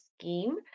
scheme